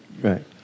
right